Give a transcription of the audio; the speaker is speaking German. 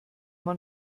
man